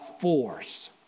force